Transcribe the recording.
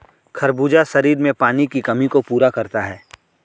खरबूजा शरीर में पानी की कमी को पूरा करता है